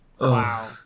Wow